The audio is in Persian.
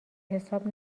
حساب